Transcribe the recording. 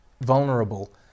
vulnerable